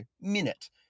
minute